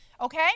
Okay